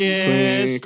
Yes